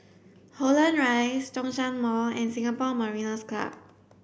Holland Rise Zhongshan Mall and Singapore Mariners' Club